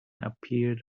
appeared